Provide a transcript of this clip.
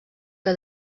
que